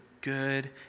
good